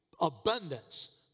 abundance